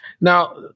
Now